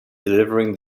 delivering